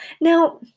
Now